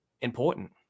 important